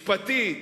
משפטית,